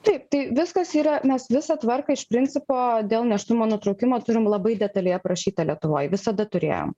taip tai viskas yra mes visą tvarką iš principo dėl nėštumo nutraukimo turim labai detaliai aprašytą lietuvoj visada turėjom